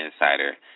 insider